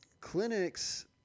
clinics